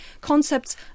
concepts